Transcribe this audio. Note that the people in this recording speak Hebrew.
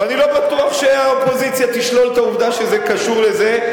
ואני לא בטוח שהאופוזיציה תשלול את העובדה שזה קשור לזה.